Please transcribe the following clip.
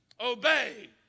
obey